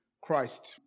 Christ